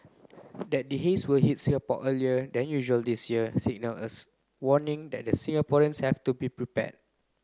that the haze will hits Singapore earlier than usual this year signalled as warning that the Singaporeans have to be prepared